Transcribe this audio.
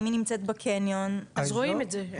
אם היא נמצאת בקניון, אז רואים את זה.